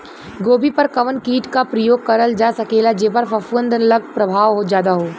गोभी पर कवन कीट क प्रयोग करल जा सकेला जेपर फूंफद प्रभाव ज्यादा हो?